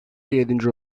yedinci